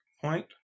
point